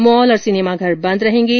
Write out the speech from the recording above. mall और सिनेमाघर बन्द रहेंगे